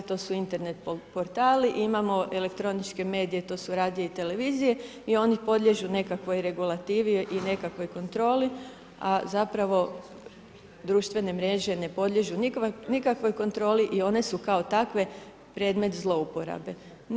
To su Internet portali i imamo elektroničke medije to su radija i televizije i oni podliježu nekakvoj regulativi i nekakvoj kontroli, a zapravo društvene mreže ne podliježu nikakvoj kontroli i one su kao takve predmet zloupotrebe.